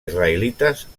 israelites